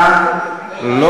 אולי בסוף היום,